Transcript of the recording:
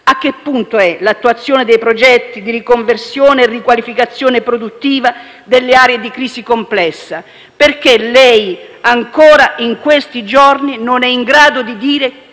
a che punto è l'attuazione dei progetti di riconversione e riqualificazione produttiva delle aree di crisi complessa? Perché lei, ancora in questi giorni, non è in grado di dire come